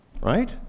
Right